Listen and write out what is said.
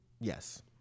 Yes